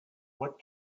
what